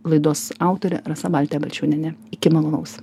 laidos autorė rasa baltė balčiūnienė iki malonaus